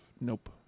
Nope